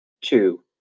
two